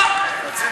חבר